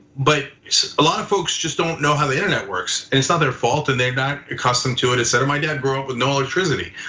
but a lot of folks just don't know how the internet works. and it's not their fault and they're not accustomed to it, etc. my dad grew up with no electricity,